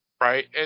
right